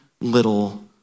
little